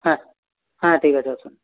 হ্যাঁ হ্যাঁ ঠিক আছে আসুন